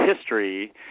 history